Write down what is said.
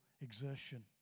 exertion